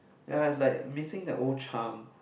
ya is like missing the old charm